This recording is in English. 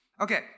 Okay